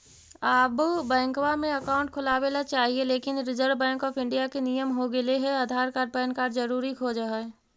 आब बैंकवा मे अकाउंट खोलावे ल चाहिए लेकिन रिजर्व बैंक ऑफ़र इंडिया के नियम हो गेले हे आधार कार्ड पैन कार्ड जरूरी खोज है?